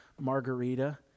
margarita